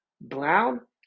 Brown